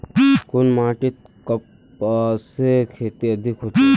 कुन माटित कपासेर खेती अधिक होचे?